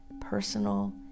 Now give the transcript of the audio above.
personal